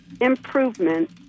improvement